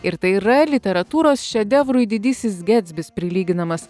ir tai yra literatūros šedevrui didysis getsbis prilyginamas